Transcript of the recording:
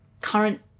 current